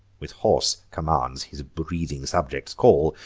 with hoarse commands his breathing subjects call,